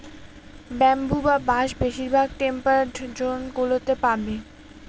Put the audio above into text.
bamboo বা বাঁশ বেশিরভাগ টেম্পারড জোন গুলোতে পাবে